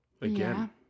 again